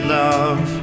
love